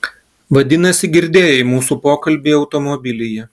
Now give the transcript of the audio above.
vadinasi girdėjai mūsų pokalbį automobilyje